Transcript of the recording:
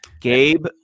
Gabe